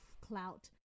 clout